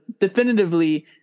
definitively